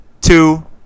two